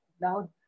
now